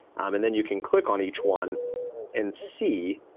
and then you can click on each one and see